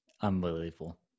Unbelievable